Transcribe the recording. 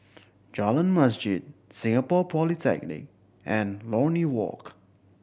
Jalan Masjid Singapore Polytechnic and Lornie Walk